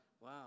Wow